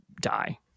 die